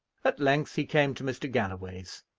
at length he came to mr. galloway's,